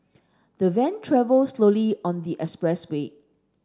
the van travelled slowly on the expressway